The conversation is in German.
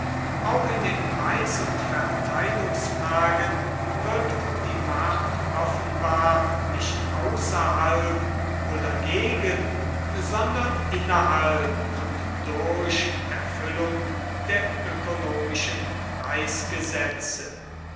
auch in den preis und verteilungsfragen wirkt die macht offenbar nicht außerhalb oder gegen sondern innerhalb und durch erfüllung der ökonomischen